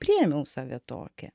priėmiau save tokią